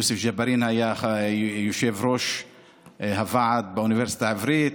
יוסף ג'בארין היה יושב-ראש הוועד באוניברסיטה העברית,